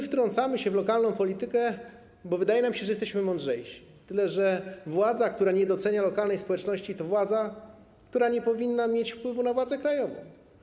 Wtrącamy się w lokalną politykę, bo wydaje nam się, że jesteśmy mądrzejsi, tyle że władza, która nie docenia lokalnej społeczności, to władza, która nie powinna mieć wpływu na władzę krajową.